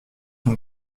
son